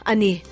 Ani